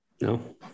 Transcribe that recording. no